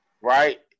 Right